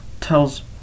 tells